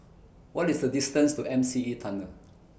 What IS The distance to M C E Tunnel